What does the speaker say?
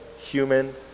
human